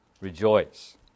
Rejoice